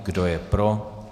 Kdo je pro?